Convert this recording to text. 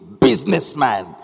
businessman